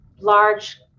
large